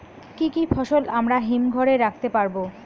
কি কি ফসল আমরা হিমঘর এ রাখতে পারব?